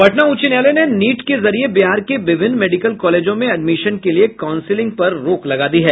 पटना उच्च न्यायालय ने नीट के जरिये बिहार के विभिन्न मेडिकल कॉलेजों में एडमिशन के लिये काउंसलिंग पर रोक लगा दी है